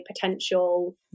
potential